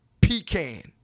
Pecan